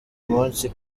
munsi